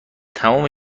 تموم